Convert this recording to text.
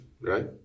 right